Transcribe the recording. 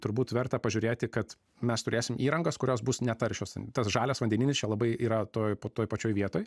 turbūt verta pažiūrėti kad mes turėsim įrangas kurios bus netaršios tas žalias vandeninis čia labai yra toj toj pačioj vietoj